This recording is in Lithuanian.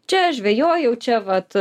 čia žvejoja jau čia vat